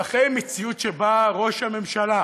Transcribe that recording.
אחרי מציאות שבה ראש הממשלה